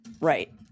right